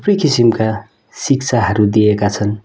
थुप्रै किसिमका शिक्षाहरू दिएका छन्